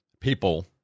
people